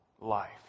life